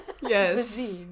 yes